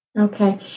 Okay